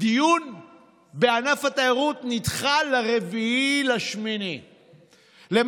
הדיון נדחה ל-4 באוגוסט.